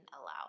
allow